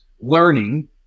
learning